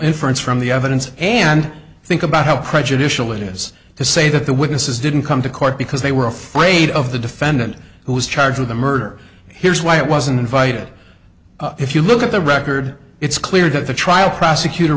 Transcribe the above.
inference from the evidence and think about how prejudicial it is to say that the witnesses didn't come to court because they were afraid of the defendant who was charged with a murder here's why it wasn't invited if you look at the record it's clear that the trial prosecutor